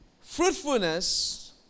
Fruitfulness